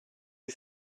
you